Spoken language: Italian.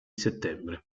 settembre